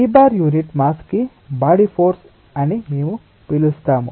𝑏⃗యూనిట్ mass కి body force అని మేము పిలుస్తాము